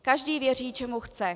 Každý věří, čemu chce.